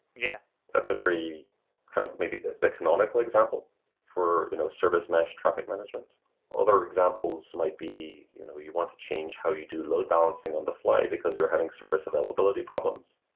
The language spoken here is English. yeah that's a very kind of maybe the the canonical example for you know service mesh traffic management other examples might be you know you want to change how you do load balancing on the fly because you're having service availability problems.